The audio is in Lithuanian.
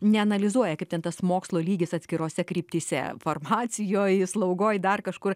neanalizuoja kaip ten tas mokslo lygis atskirose kryptyse farmacijoj slaugoj dar kažkur